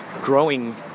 growing